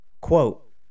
Quote